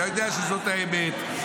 אתה יודע שזאת האמת,